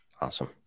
Awesome